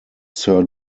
sir